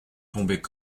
tombaient